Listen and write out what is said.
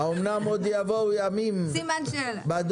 כן.